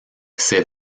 ses